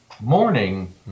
morning